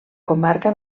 comarca